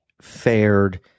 fared